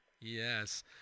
yes